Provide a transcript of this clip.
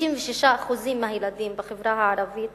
66% מהילדים בחברה הערבית